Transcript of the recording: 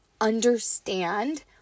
understand